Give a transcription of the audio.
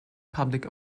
public